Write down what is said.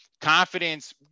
confidence